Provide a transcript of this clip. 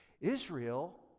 israel